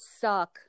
suck